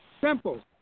Simple